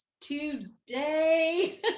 today